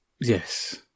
yes